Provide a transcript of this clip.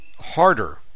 harder